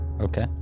Okay